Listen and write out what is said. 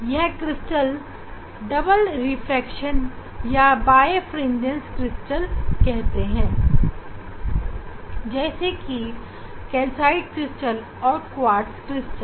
यह क्रिस्टल को double refraction या बायफिरेंजंस क्रिस्टल कहते हैं जैसे कि कैल्साइट क्रिस्टल और क्वार्ट्ज क्रिस्टल